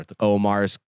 Omar's